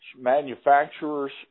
manufacturer's